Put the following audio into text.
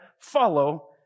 follow